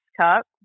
cup